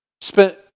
spent